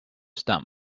stamp